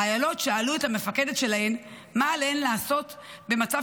החיילות שאלו את המפקדת שלהן מה עליהן לעשות במצב